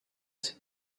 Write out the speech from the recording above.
and